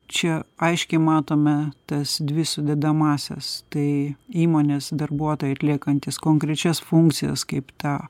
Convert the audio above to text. čia aiškiai matome tas dvi sudedamąsias tai įmonės darbuotojai atliekantys konkrečias funkcijas kaip ta